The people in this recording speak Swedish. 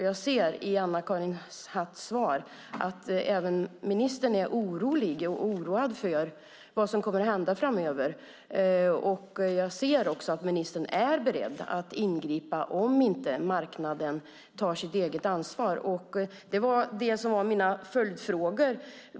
Jag ser i Anna-Karin Hatts svar att även ministern är orolig för vad som kommer att hända framöver. Det finns skäl för det. Jag ser också att ministern är beredd att ingripa om inte marknaden tar sitt eget ansvar, och det leder mig till mina följdfrågor.